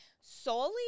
solely